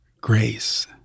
grace